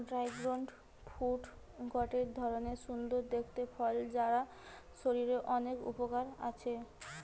dragon fruit গটে ধরণের সুন্দর দেখতে ফল যার শরীরের অনেক উপকার আছে